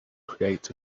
creates